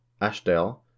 Ashdale